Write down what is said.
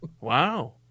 Wow